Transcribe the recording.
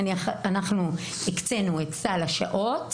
נניח, אנחנו הקצנו את סל השעות,